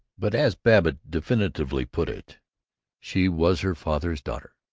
but as babbitt definitively put it she was her father's daughter.